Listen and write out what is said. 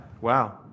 Wow